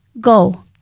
Go